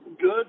good